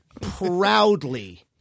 proudly